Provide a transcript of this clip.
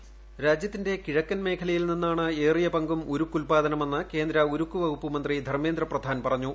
voice രാജ്യത്തിന്റെ കിഴക്കൻ മേഖലയിൽ ിയിന്നാണ് ഏറിയപങ്കും ഉരുക്കുഉൽപാദനമെന്ന് കേന്ദ്ര ഉരുക്കു വകുപ്പ് മന്തി ധർമേന്ദ്ര പ്രധാൻ പറഞ്ഞു